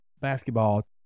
Basketball